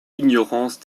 ignorance